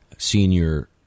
senior